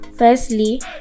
Firstly